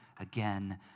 again